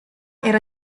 era